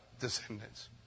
descendants